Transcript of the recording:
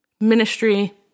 ministry